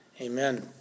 amen